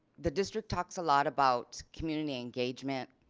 the district talks a lot about community engagement.